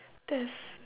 that's